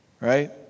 right